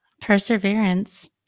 Perseverance